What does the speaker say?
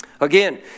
Again